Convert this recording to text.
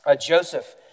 Joseph